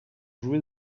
jouées